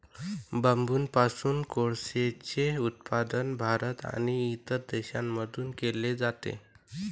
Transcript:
बांबूपासून कोळसेचे उत्पादन भारत आणि इतर देशांमध्ये केले जाते